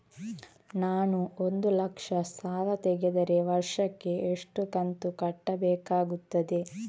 ನಾನು ಒಂದು ಲಕ್ಷ ಸಾಲ ತೆಗೆದರೆ ವರ್ಷಕ್ಕೆ ಎಷ್ಟು ಕಂತು ಕಟ್ಟಬೇಕಾಗುತ್ತದೆ?